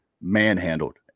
manhandled